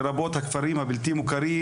לרבות הכפרים הבלתי מוכרים,